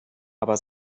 aber